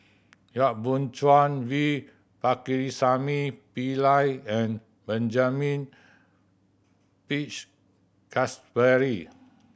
Yap Boon Chuan V Pakirisamy Pillai and Benjamin Peach Keasberry